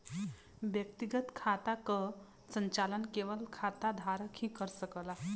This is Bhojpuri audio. व्यक्तिगत खाता क संचालन केवल खाता धारक ही कर सकला